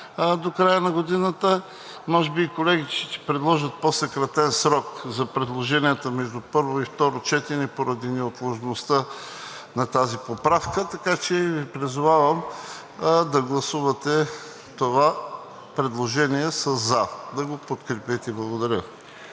докрая на годината, може би, и колегите ще предложат по съкратен срок за предложенията между първо и второ четене поради неотложността на тази поправка. Така че Ви призовавам да гласувате това предложение със за – да го подкрепите. Благодаря.